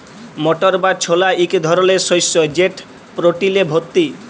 মটর বা ছলা ইক ধরলের শস্য যেট প্রটিলে ভত্তি